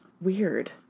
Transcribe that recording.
Weird